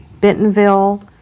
Bentonville